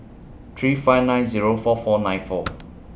three five nine Zero four four nine four